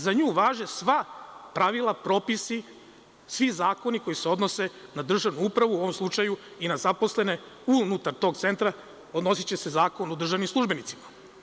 Za nju važe sva pravila, propisi, svi zakoni koji se odnose na državnu upravu, u ovom slučaju i na zaposlene unutar tog centra, odnosiće se Zakon o državnim službenicima.